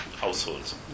households